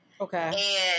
Okay